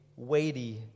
weighty